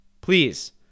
Please